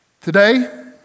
Today